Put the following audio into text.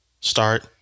start